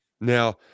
now